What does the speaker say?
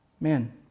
Man